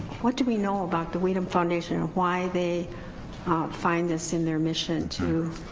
what do we know about the windham foundation why they find this in their mission to